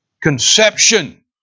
conception